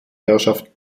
herrschaft